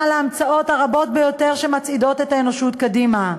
להמצאות הרבות ביותר שמצעידות את האנושות קדימה: